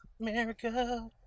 America